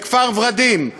בכפר-ורדים,